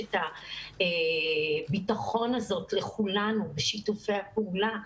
רשת הביטחון הזאת לכולנו בשיתופי הפעולה.